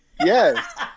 Yes